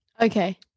Okay